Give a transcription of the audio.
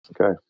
Okay